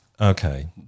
Okay